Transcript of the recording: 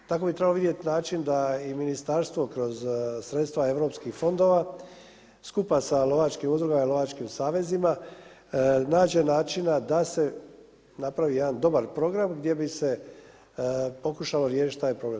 Tako bi trebalo vidjeti način da i ministarstvo kroz sredstva europskih fondova, skupa sa lovačkim udrugama i lovačkim savezima nađe načina da se napravi jedan dobar program gdje bi se pokušao riješiti taj problem.